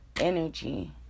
energy